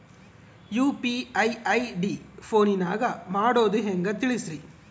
UPI ID ಫೋನಿನಾಗ ಮಾಡೋದು ಹೆಂಗ ತಿಳಿಸ್ರಿ?